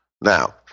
Now